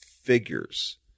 figures